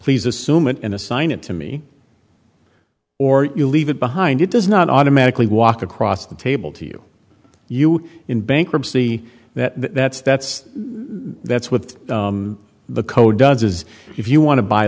please assume and assign it to me or you leave it behind it does not automatically walk across the table to you you in bankruptcy that that's that's there it's what the code does is if you want to buy